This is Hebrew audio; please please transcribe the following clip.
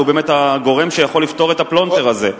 כי הוא באמת הגורם שיכול לפתור את הפלונטר הזה,